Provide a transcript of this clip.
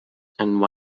and